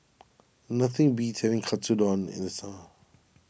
nothing beats having Katsudon in the summer